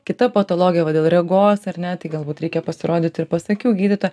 kita patologija va dėl regos ar ne tai galbūt reikia pasirodyt ir pas akių gydytoją